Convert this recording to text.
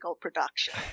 production